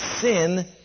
sin